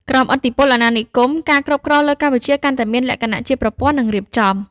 ក្រោមឥទ្ធិពលអាណានិគម ការគ្រប់គ្រងលើកម្ពុជាកាន់តែមានលក្ខណៈជាប្រព័ន្ធ និងរៀបចំ។